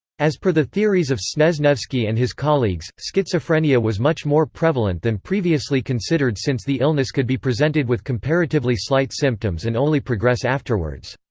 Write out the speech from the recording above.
as per the theories of snezhnevsky and his colleagues, schizophrenia was much more prevalent than previously considered since the illness could be presented with comparatively slight symptoms and only progress afterwards.